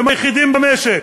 והם היחידים במשק,